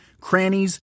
crannies